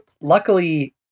Luckily